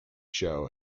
show